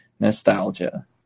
Nostalgia